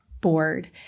board